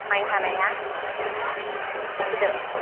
माइ हानाया होदों